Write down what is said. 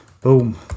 Boom